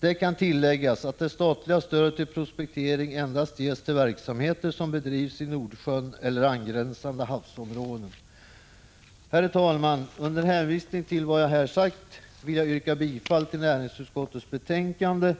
Det kan tilläggas att det statliga stödet till prospektering endast ges till verksamheter som bedrivs i Nordsjön eller angränsande havsområden. Herr talman! Under hänvisning till vad jag sagt vill jag yrka bifall till näringsutskottets hemställan i betänkande